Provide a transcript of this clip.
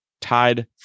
tied